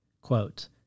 Quote